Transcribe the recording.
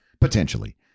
potentially